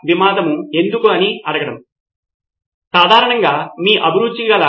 సిద్ధార్థ్ మాతురి పరిపూర్ణమైనది తద్వారా ఇది ఆ సమాచారానికి చాలా నిజమైన మూలం